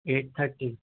eight thirty